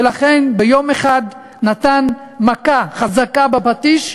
ולכן ביום אחד הוא נתן מכה חזקה בפטיש,